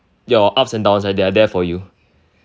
your up's and down's they're there for you